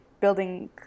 building